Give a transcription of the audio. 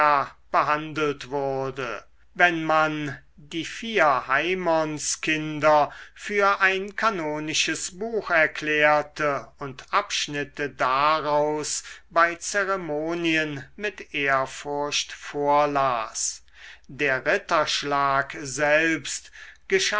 behandelt wurde wenn man die vier haimonskinder für ein kanonisches buch erklärte und abschnitte daraus bei zeremonien mit ehrfurcht vorlas der ritterschlag selbst